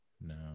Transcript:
no